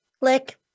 Click